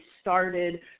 started